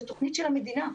זו תוכנית של המדינה,